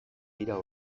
dira